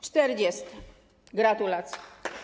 40. Gratulacje.